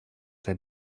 der